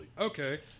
Okay